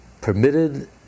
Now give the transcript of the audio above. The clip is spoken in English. Permitted